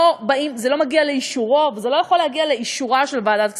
זה לא מגיע לאישורו וזה לא יכול להגיע לאישורה של ועדת כספים.